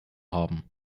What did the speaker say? haben